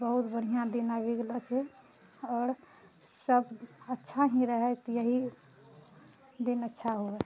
आब बहुत बढ़िआँ दिन आबि गेलो छै आओर सभ अच्छा ही रहथि इएह दिन अच्छा होबे